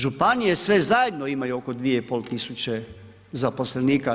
Županije sve zajedno imaju oko 2500 tisuće zaposlenika.